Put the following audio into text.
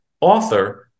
author